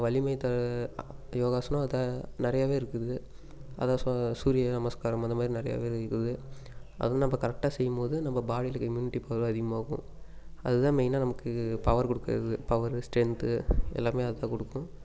வலிமை தர யோகாசனம் அதை நிறையவே இருக்குது அதை ச சூரிய நமஸ்காரம் அந்த மாதிரி நிறையவே இருக்குது அதுவும் நம்ம கரெட்டாக செய்யும் போது நம்ம பாடியில் இருக்கிற இம்யூனிட்டி பவர் அதிகமாகும் அது தான் மெயினாக நமக்கு பவர் கொடுக்குறது பவரு ஸ்டேன்த்து எல்லாமே அது தான் கொடுக்கும்